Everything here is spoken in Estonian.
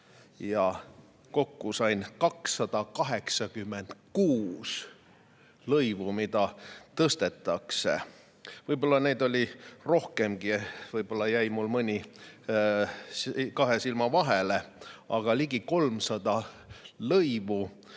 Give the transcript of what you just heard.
Sain kokku 286 lõivu, mida tõstetakse. Võib-olla neid oli rohkemgi, võib-olla jäi mul mõni kahe silma vahele, aga siin on ligi 300 lõivu,